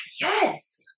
Yes